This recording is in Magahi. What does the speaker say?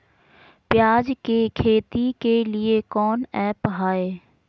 प्याज के खेती के लिए कौन ऐप हाय?